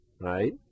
right